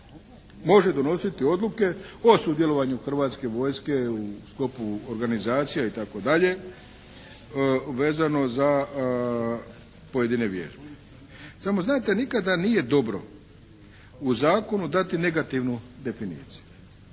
može donositi odluke o sudjelovanju hrvatske vojske u sklopu organizacija itd. vezano za pojedine vježbe. Samo znate, nikada nije dobro u zakonu dati negativnu definiciju.